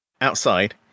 Outside